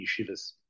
yeshivas